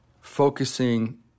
focusing